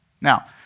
Now